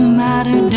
matter